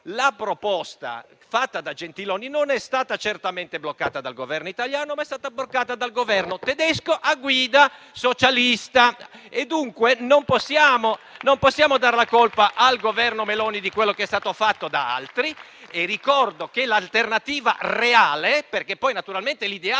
la proposta fatta da Gentiloni non è stata certamente bloccata dal Governo italiano, ma è stata bloccata dal Governo tedesco a guida socialista. Dunque, non possiamo dar la colpa al Governo Meloni di quello che è stato fatto da altri. Se naturalmente l'ideale